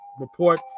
report